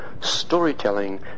storytelling